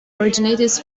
originates